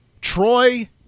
Troy